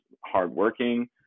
hardworking